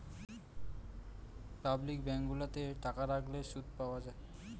public bank গুলাতে টাকা রাখলে শুধ পাওয়া যায়